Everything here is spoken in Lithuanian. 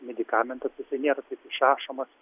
medikamentas jisai nėra taip išrašomas